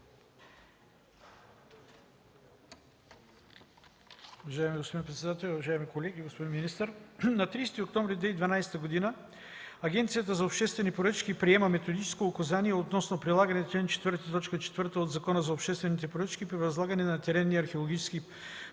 Уважаеми господин председател, уважаеми колеги, господин министър! На 30 октомври 2012 г. Агенцията за обществени поръчки приема Методическо указание относно прилагане чл. 4, т. 4 от Закона за обществените поръчки при възлагане на теренни археологически проучвания